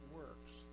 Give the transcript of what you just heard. works